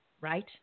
right